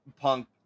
punk